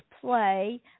play